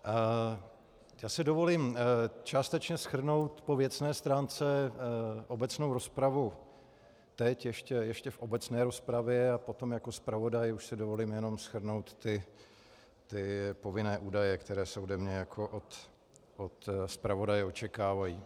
Já si dovolím částečně shrnout po věcné stránce obecnou rozpravu teď ještě v obecné rozpravě a potom jako zpravodaj už si dovolím jenom shrnout ty povinné údaje, které se ode mne jako od zpravodaje očekávají.